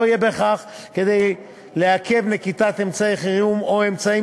לא יהיה בכך כדי לעכב נקיטת אמצעי חירום או אמצעים